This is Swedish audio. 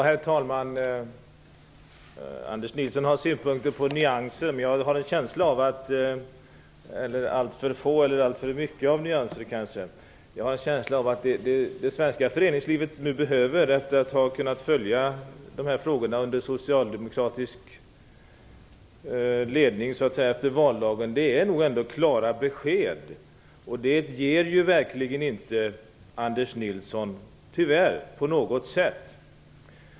Herr talman! Anders Nilsson har synpunkter på att det är för mycket nyanser. Jag har en känsla av att de svenska folkrörelserna nu behöver klara besked, efter att ha kunnat följa de här frågorna under socialdemokratisk ledning efter valdagen. Anders Nilsson ger tyvärr inte besked på något sätt.